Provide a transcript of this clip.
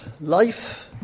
life